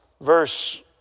verse